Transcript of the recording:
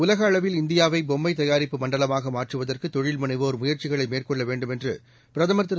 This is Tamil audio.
உலகஅளவில்இந்தியாவைபொம்மைதயாரிப்புமண்டல மாகமாற்றுவதற்குதொழில்முனைவோர்முயற்சிகளை மேற்கொள்ளவேண்டும்என்றுபிரதமர்திரு